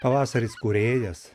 pavasaris kūrėjas